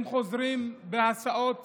הם חוזרים בהסעות